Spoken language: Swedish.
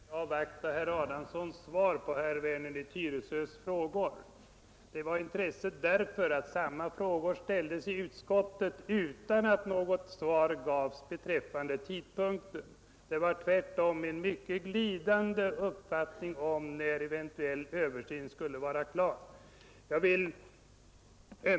Herr talman! Det var med stort intresse jag avvaktade herr Adamssons svar på de frågor som herr Werner i Tyresö ställde. Det var av intresse därför att samma frågor ställdes i utskottet utan att något svar gavs beträffande tidpunkten. Man uttryckte sig mycket glidande om när en eventuell översyn skulle vara klar.